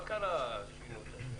מה קרה ששינו את השם?